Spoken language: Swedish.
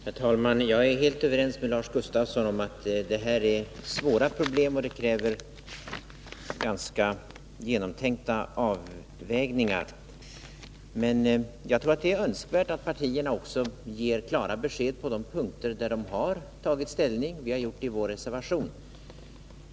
Herr talman! Jag är helt överens med Lars Gustafsson om att det här är svåra problem som kräver ganska genomtänkta avvägningar. Men jag tror att det är önskvärt att partierna ger klara besked på de punkter där de har tagit ställning, och vi har gjort det i vår reservation.